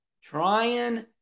trying